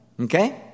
okay